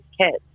kids